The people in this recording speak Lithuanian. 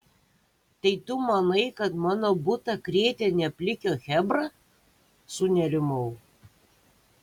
tai tu manai kad mano butą krėtė ne plikio chebra sunerimau